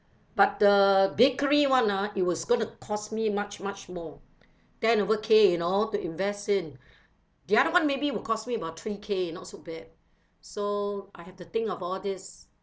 but the bakery [one] ah it was going to cost me much much more ten over K you know to invest in the other [one] maybe would cost me about three K not so bad so I have to think of all this